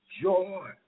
joy